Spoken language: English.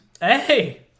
Hey